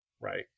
right